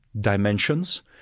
dimensions